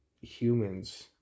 humans